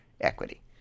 equity